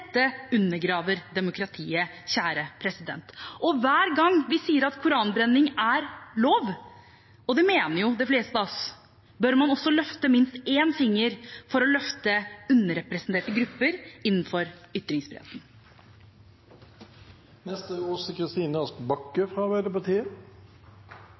undergraver demokratiet. Og hver gang vi sier at koranbrenning er lov – og det mener de fleste av oss – bør man også løfte minst én finger for å løfte underrepresenterte grupper innenfor ytringsfriheten.